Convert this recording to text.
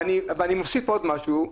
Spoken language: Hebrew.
אני מוסיף עוד משהו,